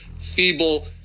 feeble